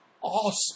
awesome